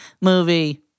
movie